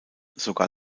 sogar